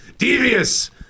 devious